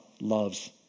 loves